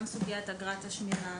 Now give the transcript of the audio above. גם סוגיית אגרת השמירה,